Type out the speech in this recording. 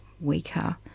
weaker